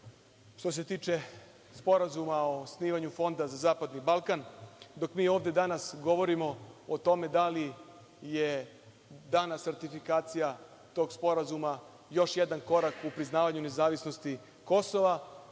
što se tiče Sporazuma o osnivanju Fonda za zapadni Balkan, dok mi ovde danas govorimo o tome da li je danas ratifikacija tog sporazuma još jedan korak u priznavanju nezavisnosti Kosova,